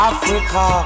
Africa